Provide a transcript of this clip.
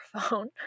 phone